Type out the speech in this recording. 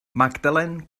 magdalen